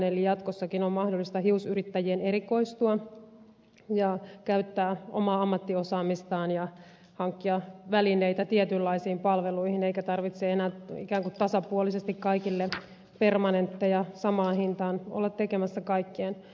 eli jatkossakin on mahdollista hiusyrittäjien erikoistua ja käyttää omaa ammattiosaamistaan ja hankkia välineitä tietynlaisiin palveluihin eikä tarvitse enää ikään kuin tasapuolisesti kaikille permanentteja samaan hintaan olla tekemässä kaikkien